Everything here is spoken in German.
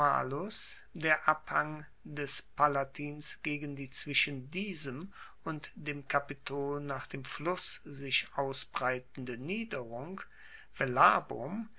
der abhang des palatins gegen die zwischen diesem und dem kapitol nach dem fluss zu sich ausbreitende niederung